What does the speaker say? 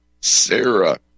Sarah